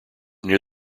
near